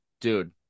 dude